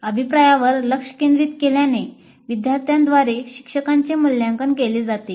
अभिप्रायावर लक्ष केंद्रित केल्याने विद्यार्थ्यांद्वारे शिक्षकांचे मूल्यांकन केले जाते